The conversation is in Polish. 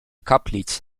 kaplic